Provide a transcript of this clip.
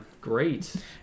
great